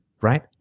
Right